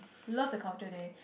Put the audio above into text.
love the culture there